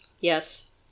Yes